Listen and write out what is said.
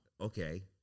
Okay